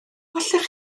allech